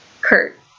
Kurt